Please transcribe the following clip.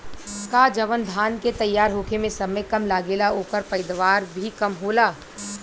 का जवन धान के तैयार होखे में समय कम लागेला ओकर पैदवार भी कम होला?